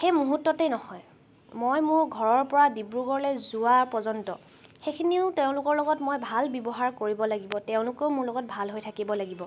সেই মূহুৰ্ততেই নহয় মই মোৰ ঘৰৰ পৰা ডিব্ৰুগড়লৈ যোৱাৰ পৰ্যন্ত সেইখিনিও তেওঁলোকৰ লগত মই ভাল ব্যৱহাৰ কৰিব লাগিব তেওঁলোকেও মোৰ লগত ভাল হৈ থকিব লাগিব